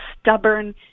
stubborn